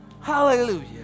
Hallelujah